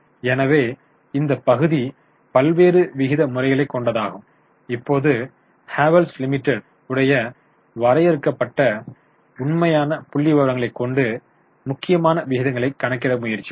எனவே ஆக இந்த பகுதி பல்வேறு விகித முறைகளை கொண்டதாகும் இப்போது ஹேவல்ஸ் லிமிடெட் உடைய வரையறுக்கப்பட்ட உண்மையான புள்ளிவிவரங்களை கொண்டு முக்கியமான விகிதங்களை கணக்கிட முயற்சிப்போம்